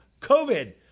COVID